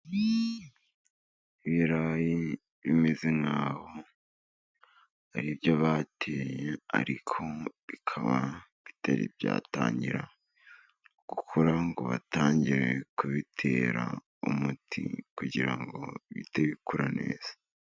Ibirayi bimeze nk'aho ari byo bateye, ariko bikaba bitari byatangira gukura ngo batangire kubitera umuti, kugira ngo bihite bikura neza.